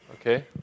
Okay